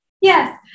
Yes